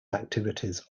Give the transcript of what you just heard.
activities